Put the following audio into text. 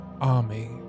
army